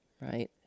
Right